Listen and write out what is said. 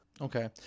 Okay